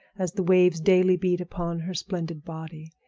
as the waves daily beat upon her splendid body.